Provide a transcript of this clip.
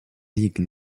ligue